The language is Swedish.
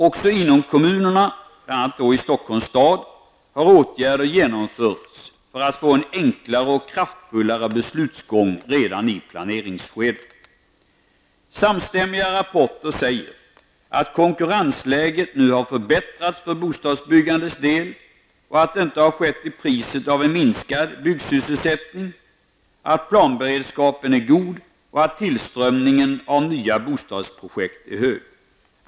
Också inom kommunerna -- bl.a. i Stockholms stad -- har åtgärder genomförts för att få en enklare och kraftfullare beslutsgång redan i planeringsskedet. Samstämmiga rapporter säger att konkurrensläget nu har förbättrats för bostadsbyggandets del -- och att det inte har skett till priset av en minskad byggsysselsättning -- att planberedskapen är god och att tillströmningen av nya bostadsprojekt är hög.